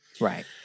Right